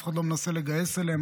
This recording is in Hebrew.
אף אחד לא מנסה לגייס אליהן,